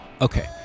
Okay